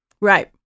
Right